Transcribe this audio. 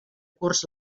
curs